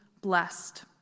blessed